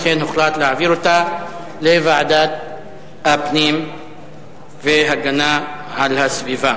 לכן הוחלט להעביר את הנושא לוועדת הפנים והגנת הסביבה.